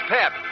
Pep